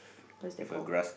what's that called